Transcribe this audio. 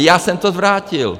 Já jsem to zvrátil.